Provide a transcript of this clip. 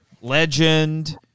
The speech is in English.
legend